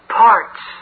parts